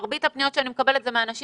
מרבית הפניות שאני מקבלת הן מאנשים